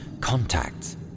contacts